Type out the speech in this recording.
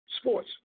sports